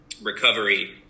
recovery